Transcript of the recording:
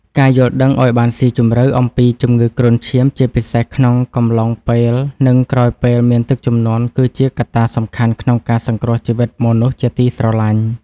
ការយល់ដឹងឱ្យបានស៊ីជម្រៅអំពីជំងឺគ្រុនឈាម ជាពិសេសក្នុងកំឡុងពេល និងក្រោយពេលមានទឹកជំនន់ គឺជាកត្តាសំខាន់ក្នុងការសង្គ្រោះជីវិតមនុស្សជាទីស្រឡាញ់។